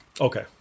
Okay